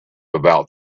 about